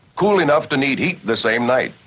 cool enough to need heat the same night.